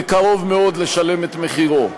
בקרוב מאוד לשלם את מחירו?